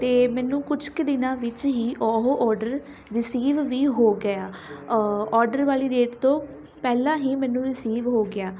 ਅਤੇ ਮੈਨੂੰ ਕੁਝ ਕੁ ਦਿਨਾਂ ਵਿੱਚ ਹੀ ਉਹ ਔਡਰ ਰਿਸੀਵ ਵੀ ਹੋ ਗਿਆ ਔਡਰ ਵਾਲੀ ਡੇਟ ਤੋਂ ਪਹਿਲਾਂ ਹੀ ਮੈਨੂੰ ਰਿਸੀਵ ਹੋ ਗਿਆ